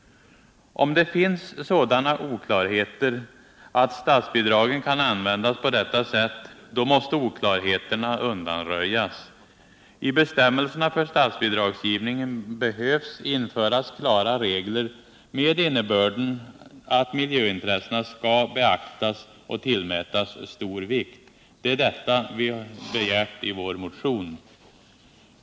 Om det finns sådana oklarheter att statsbidragen kan användas på detta sätt, måste oklarheterna undanröjas. I bestämmelserna för statsbidragsgivningen behöver det införas klara regler med innebörden att miljöintressena skall beaktas och tillmätas stor vikt. Det är detta vi har begärt i vår motion.